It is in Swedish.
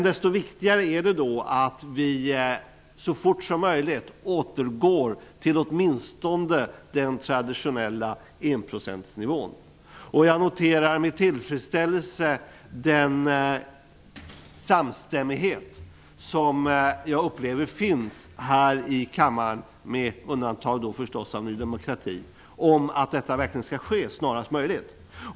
Desto viktigare är det att vi så fort som möjligt återgår till åtminstone den traditionella enprocentsnivån. Jag noterar med tillfredsställelse den samstämmighet som jag upplever finns här i kammaren -- med undantag förstås av Ny demokrati -- om att detta verkligen skall ske snarast möjligt.